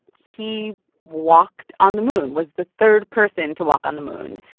he walked on the moon was the third person to walk on the moon.